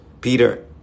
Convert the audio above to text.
Peter